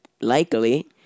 likely